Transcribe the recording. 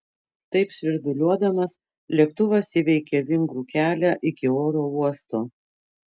taip svirduliuodamas lėktuvas įveikė vingrų kelią iki oro uosto